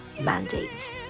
mandate